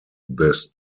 this